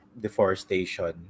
deforestation